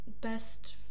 best